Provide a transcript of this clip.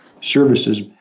services